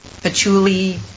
patchouli